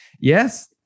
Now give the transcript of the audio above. yes